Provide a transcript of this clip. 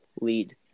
lead